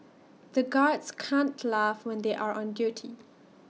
the guards can't laugh when they are on duty